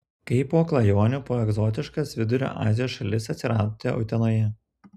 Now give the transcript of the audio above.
kaip po klajonių po egzotiškas vidurio azijos šalis atsiradote utenoje